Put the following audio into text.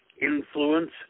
influence